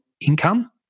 income